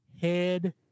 head